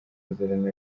amasezerano